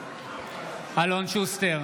אלון שוסטר,